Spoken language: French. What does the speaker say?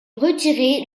retiré